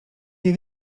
nie